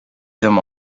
them